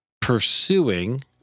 pursuing